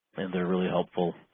and they're really helpful